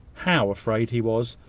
how afraid he was,